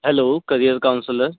hello career counsellor